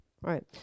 right